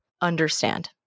understand